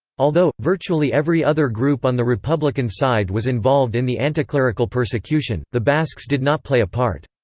although, virtually every other group on the republican side was involved in the anticlerical persecution, the basques did not play a part.